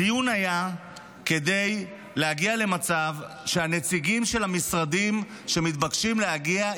הדיון היה כדי להגיע למצב שהנציגים של המשרדים שמתבקשים להגיע,